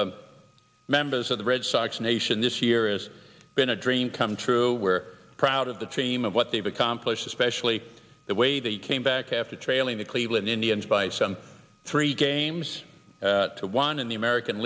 of members of the red sox nation this year is been a dream come true we're proud of the team of what they've accomplished especially the way they came back after trailing the cleveland indians by some three games to one in the american